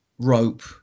Rope